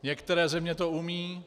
Některé země to umějí.